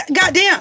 goddamn